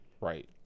Right